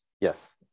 Yes